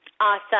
Awesome